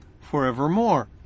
forevermore